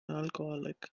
alcoholic